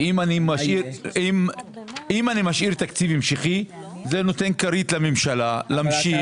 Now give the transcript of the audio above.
אם אני משאיר את התקציב ההמשכי זה נותן כרית לממשלה להמשיך.